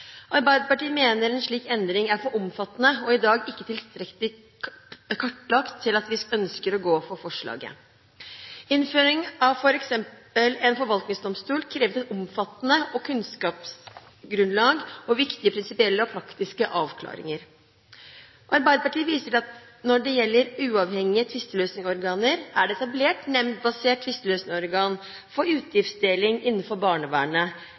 Arbeiderpartiet mener en slik endring er for omfattende og per i dag ikke tilstrekkelig kartlagt til at vi ønsker å gå inn for forslaget. Innføringen av f.eks. en forvaltningsdomstol krever et omfattende kunnskapsgrunnlag og viktige prinsipielle og praktiske avklaringer. Arbeiderpartiet viser til at når det gjelder uavhengige tvisteløsningsordninger, er det etablert en nemndbasert tvisteløsningsordning for utgiftsdeling innenfor barnevernet